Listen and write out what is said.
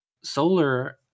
Solar